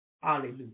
Hallelujah